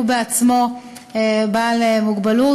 הוא בעצמו בעל מוגבלות,